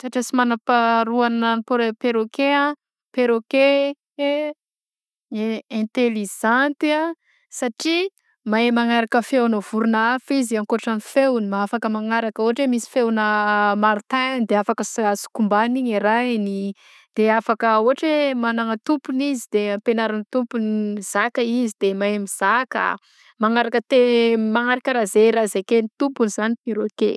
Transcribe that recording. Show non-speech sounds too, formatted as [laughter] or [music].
Toetra sy manam-paharoa agnanan'ny pore- a perroquet [hesitation] intelligenty a satria mahay magnaraka feoagna vorogna hafa izy ankôtran'ny feogny ma- afaka magnaraka ôhatra hoe misy feoanà martin de afaka s- [hesitation] sokombagniny iny arahiny de afaka ôhatra hoe magnana tompony izy de ampegnarin'ny tompony mizaka izy de mahay mizaka magnaraka te magnaraka re zay raha zakegny tompony zany perôke.